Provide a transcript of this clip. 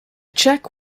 check